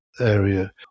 area